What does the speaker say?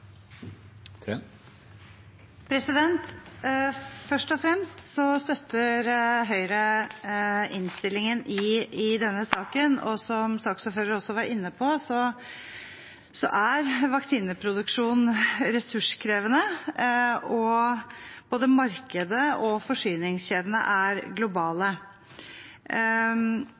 komité. Først og fremst støtter Høyre innstillingen i denne saken. Som saksordføreren var inne på, er vaksineproduksjon ressurskrevende, og både markedet og forsyningskjedene er globale.